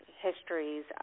histories